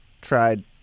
tried